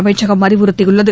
அமைச்சகம் அறிவுறுத்தியுள்ளது